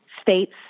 states